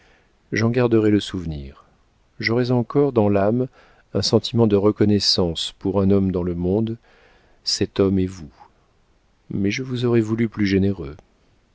j'en garderai le souvenir j'aurai encore dans l'âme un sentiment de reconnaissance pour un homme dans le monde cet homme est vous mais je vous aurais voulu plus généreux